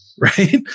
Right